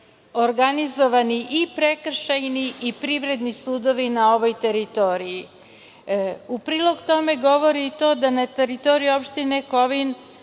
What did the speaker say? organizovani i prekršajni i privredni sudovi na ovoj teritoriji. U prilog tome govori i to da na teritoriji opštine Kovin